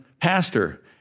pastor